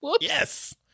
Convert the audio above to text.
Yes